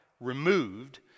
removed